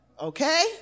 Okay